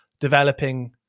developing